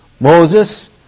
Moses